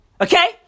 Okay